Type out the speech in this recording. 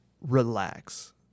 Relax